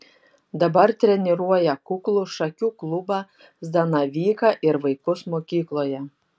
dabar treniruoja kuklų šakių klubą zanavyką ir vaikus mokykloje